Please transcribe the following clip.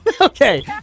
Okay